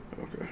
okay